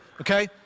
Okay